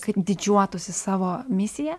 kad didžiuotųsi savo misija